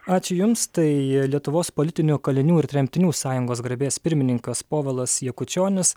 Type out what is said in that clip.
ačiū jums tai lietuvos politinių kalinių ir tremtinių sąjungos garbės pirmininkas povilas jakučionis